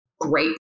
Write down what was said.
great